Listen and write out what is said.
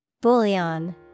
Bouillon